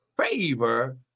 favor